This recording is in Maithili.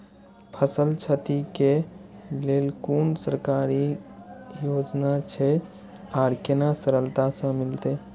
फसल छति के लेल कुन सरकारी योजना छै आर केना सरलता से मिलते?